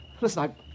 Listen